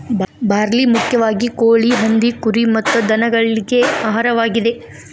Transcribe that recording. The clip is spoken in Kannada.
ಬಾರ್ಲಿ ಮುಖ್ಯವಾಗಿ ಕೋಳಿ, ಹಂದಿ, ಕುರಿ ಮತ್ತ ದನಗಳಿಗೆ ಆಹಾರವಾಗಿದೆ